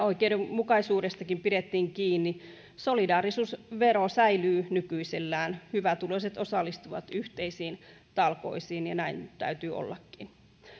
oikeudenmukaisuudestakin pidettiin kiinni solidaarisuusvero säilyy nykyisellään hyvätuloiset osallistuvat yhteisiin talkoisiin ja näin täytyy ollakin